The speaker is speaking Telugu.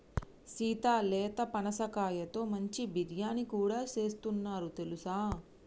సీత లేత పనసకాయతో మంచి బిర్యానీ కూడా సేస్తున్నారు తెలుసా